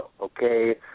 okay